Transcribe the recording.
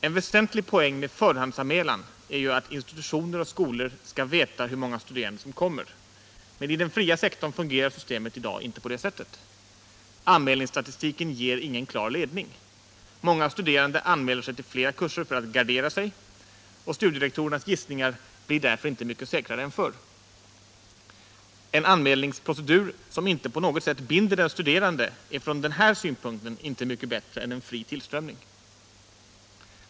En väsentlig poäng med förhandsanmälan är ju att institutioner och skolor skall veta hur många studerande som kommer, men i den fria sektorn fungerar systemet i dag inte på det sättet — anmälningsstatistiken ger ingen klar ledning. Många studerande anmäler sig till flera kurser för att gardera sig, och studierektorernas gissningar blir därför inte mycket säkrare än förr. En anmälningsprocedur som inte på något sätt binder den studerande är från denna synpunkt inte mycket bättre än en fri tillströmning.